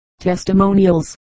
Testimonials